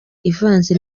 ivanze